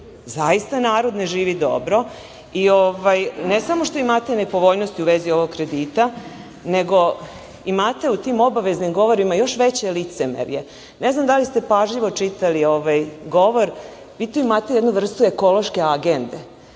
Zaista narod ne živi dobro. Ne samo što imate nepovoljnosti u vezi ovog kredita, nego imate u tim obaveznim govorima još veće licemerje. Ne znam da li ste pažljivo čitali govor, vi tu imate jednu vrstu ekološke agende.